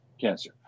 cancer